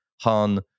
Han